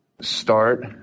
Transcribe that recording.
Start